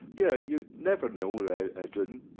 yeah you never know edwyn,